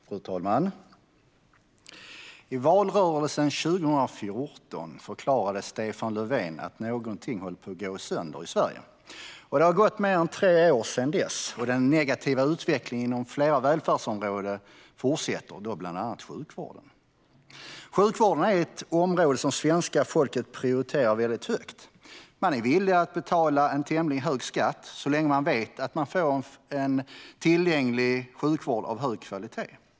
Fru talman! I valrörelsen 2014 förklarade Stefan Löfven att någonting håller på att gå sönder i Sverige. Det har gått mer än tre år sedan dess, och den negativa utvecklingen inom flera välfärdsområden, bland annat sjukvården, fortsätter. Sjukvården är ett område som svenska folket prioriterar högt. Man är villig att betala en tämligen hög skatt så länge man vet att man får en tillgänglig sjukvård av hög kvalitet.